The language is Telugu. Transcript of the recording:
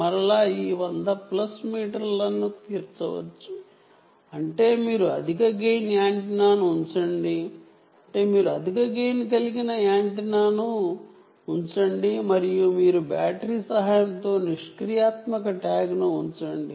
మరలా ఈ 100 ప్లస్ మీటర్లను చేరుకోవచ్చు అంటే మీరు అధిక గెయిన్ యాంటెన్నాను ఉంచండి మరియు మీరు బ్యాటరీ సహాయంతో నిష్క్రియాత్మక ట్యాగ్ను ఉంచండి